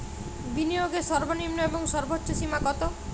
বিনিয়োগের সর্বনিম্ন এবং সর্বোচ্চ সীমা কত?